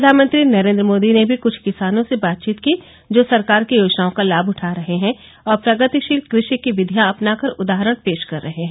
प्रधानमंत्री नरेन्द्र मोदी ने भी क्छ किसानों से बातचीत की जो सरकार की योजनाओं का लाभ उठा रहे हैं और प्रगतिशील कृषि की विधियां अपनाकर उदाहरण पेश कर रहे हैं